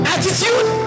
Attitude